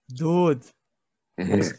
dude